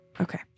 Okay